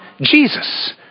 Jesus